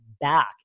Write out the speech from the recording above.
back